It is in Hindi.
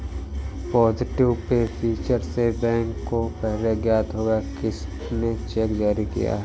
पॉजिटिव पे फीचर से बैंक को पहले ज्ञात होगा किसने चेक जारी किया है